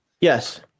Yes